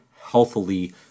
healthily